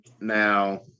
Now